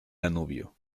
danubio